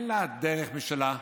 אין לה דרך משלה,